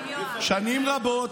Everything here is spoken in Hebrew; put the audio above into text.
שנים רבות,